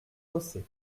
fossé